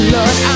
Lord